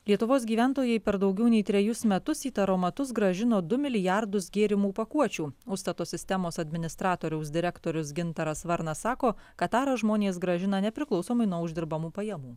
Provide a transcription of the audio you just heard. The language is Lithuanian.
lietuvos gyventojai per daugiau nei trejus metus į taromatus grąžino du milijardus gėrimų pakuočių užstato sistemos administratoriaus direktorius gintaras varnas sako kad tarą žmonės grąžina nepriklausomai nuo uždirbamų pajamų